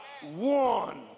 one